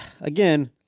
again